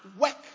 work